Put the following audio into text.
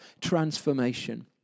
transformation